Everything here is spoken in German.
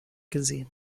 gesehen